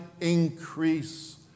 increase